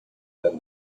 than